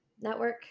network